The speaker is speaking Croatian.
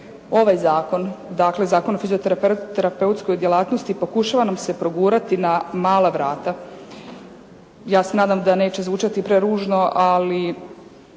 ovaj zakon dakle Zakon o fizioterapeutskoj djelatnosti pokušava nam se progurati na mala vrata. Ja se nadam da neće zvučati preružno ali